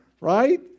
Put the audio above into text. right